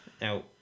Now